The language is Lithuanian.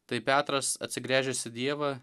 tai petras atsigręžęs į dievą